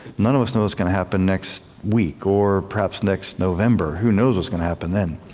none of us know what's going to happen next week or perhaps next november, who knows what's going to happen then.